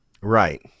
Right